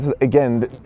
Again